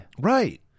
Right